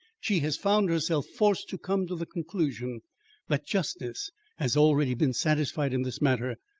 she has found herself forced to come to the conclusion that justice has already been satisfied in this matter,